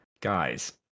guys